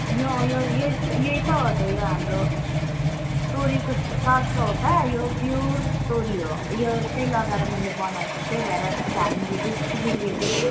यो यो यही त यही त हो त यो हाम्रो तोरीको सर्स्युँ हो त यो प्योर तोरी हो यो चाहिँ लगाएर मैले बनाउँछ त्यही भएर त झालमुरी बेसी बिक्री हुन्छ